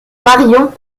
marion